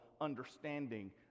understanding